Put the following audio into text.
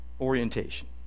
orientation